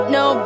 no